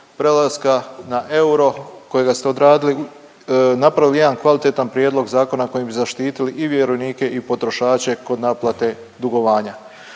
prelaska na euro kojega ste odradili, napravili jedan kvalitetan prijedlog zakona kojim bi zaštitili i vjerovnike i potrošače kod naplate dugovanja.